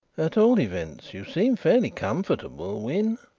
at all events, you seem fairly comfortable, wynn.